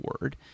Word